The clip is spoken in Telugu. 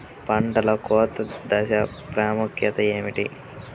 పంటలో కోత దశ ప్రాముఖ్యత ఏమిటి?